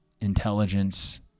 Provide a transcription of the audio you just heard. intelligence